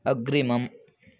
अग्रिमम्